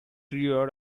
reared